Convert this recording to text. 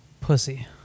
Pussy